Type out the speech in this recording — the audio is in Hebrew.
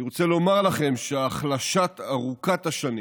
אני רוצה לומר לכם שההחלשה ארוכת השנים